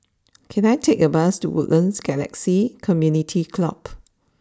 can I take a bus to Woodlands Galaxy Community Club